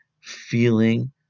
feeling